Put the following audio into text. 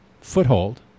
foothold